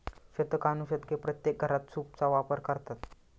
शतकानुशतके प्रत्येक घरात सूपचा वापर करतात